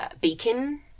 beacon